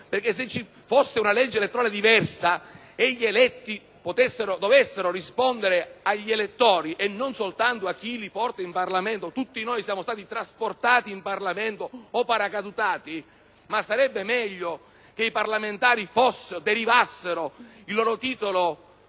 Se ci fosse una legge elettorale diversa e gli eletti dovessero rispondere agli elettori, e non soltanto a chi li porta in Parlamento (tutti noi siamo stati trasportati o paracadutati in Parlamento, e invece sarebbe preferibile che i parlamentari derivassero il loro titolo